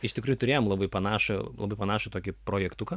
iš tikrųjų turėjomelabai panašų labai panašų tokį projektuką